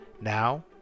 Now